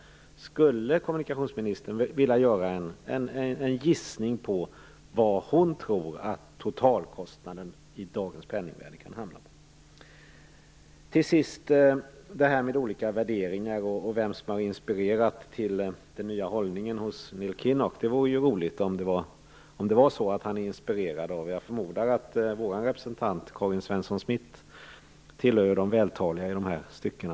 Skulle kommunikationsministern, helt bortsett från grundkalkylen, vilja gissa var totalkostnaden i dagens penningvärde kan hamna? Till sist vill jag ta upp frågan om olika värderingar och vem som har inspirerat till den nya hållningen hos Neil Kinnock. Det vore roligt om han var inspirerad av den svenska kommunikationskommittén. Vår representant, Karin Svensson Smith, tillhör ju de vältaliga i dessa stycken.